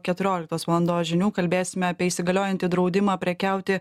keturioliktos valandos žinių kalbėsime apie įsigaliojantį draudimą prekiauti